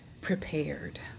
prepared